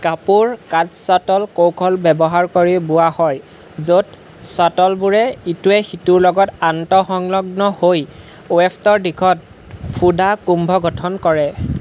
কাপোৰ 'cut shuttle কৌশল' ব্যৱহাৰ কৰি বোৱা হয় য'ত শ্বাটলবোৰে ইটোৱে সিটোৰ লগত আন্তঃসংলগ্ন হৈ ৱেফ্টৰ দিশত ফোডা কুম্ভ গঠন কৰে